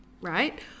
right